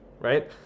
Right